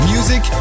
Music